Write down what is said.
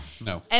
No